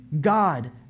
God